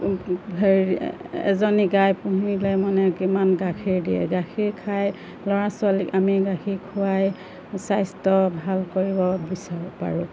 হেৰি এজনী গাই পুহিলে মানে কিমান গাখীৰ দিয়ে গাখীৰ খাই ল'ৰা ছোৱালীক আমি গাখীৰ খুৱাই স্বাস্থ্য ভাল কৰিব বিচাৰো পাৰোঁ